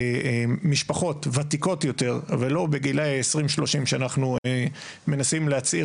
משפחות ותיקות יותר ולא בגילאי 20-30 שאנחנו מנסים להצעיר